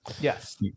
Yes